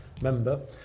member